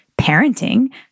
parenting